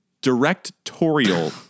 Directorial